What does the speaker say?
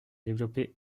développé